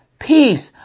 Peace